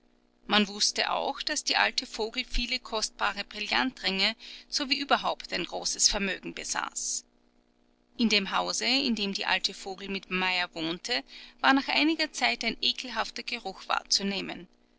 man wußte auch daß die alte vogel viele kostbare brillantringe sowie überhaupt ein großes vermögen besaß in dem hause in dem die alte vogel mit meyer wohnte war nach einiger zeit ein ekelhafter geruch wahrzunehmen